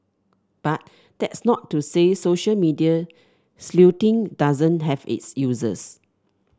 but that's not to say social media sleuthing doesn't have its uses